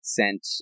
sent